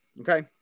Okay